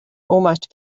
almost